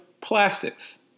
plastics